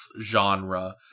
genre